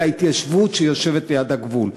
אלא התיישבות ליד הגבול,